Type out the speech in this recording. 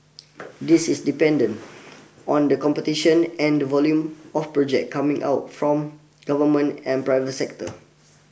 this is dependent on the competition and the volume of project coming out from government and private sector